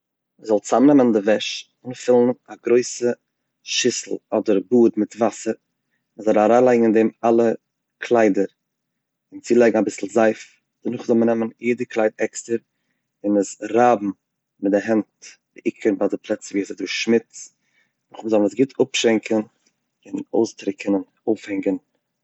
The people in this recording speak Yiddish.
מען זאל צאמנעמען די וועש, אנפילן א גרויסע שיסל אדער באד מיט וואסער מ'זאל אריינלייגן אין דעם אלע קליידער און צולייגן אביסל זייף, דערנאך זאל מען נעמען יעדע קלייד עקסטע און עס רייבן מיט די הענט בעיקר ביי די פלעצער ווי ס'דא שמוץ, מ'זאל עס גוט אפשווענקן, אויסטרוקענען, אויפהענגען.